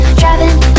driving